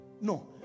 No